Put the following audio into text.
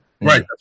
Right